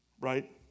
Right